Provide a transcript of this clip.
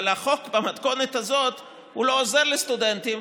אבל החוק במתכונת הזאת לא עוזר לסטודנטים,